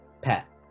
Pat